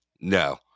no